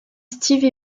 steve